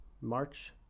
March